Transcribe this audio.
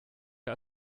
der